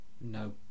no